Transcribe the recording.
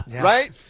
right